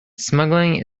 smuggling